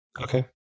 Okay